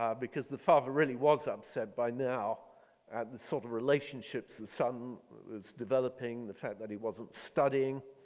um because the father really was upset by now at the sort of relationships the son was developing, the fact that he wasn't studying.